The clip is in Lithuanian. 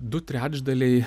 du trečdaliai